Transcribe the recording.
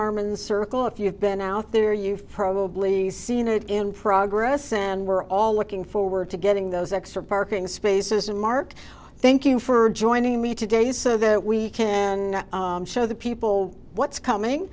arm and circle if you've been out there you've probably seen it in progress and we're all looking forward to getting those extra parking spaces and mark thank you for joining me today so that we can show the people what's coming